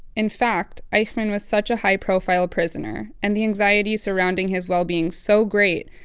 in fact, eichmann was such a high-profile prisoner and the anxiety surrounding his well-being so great,